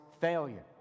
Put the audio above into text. failure